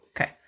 Okay